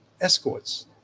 escorts